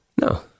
No